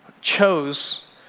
chose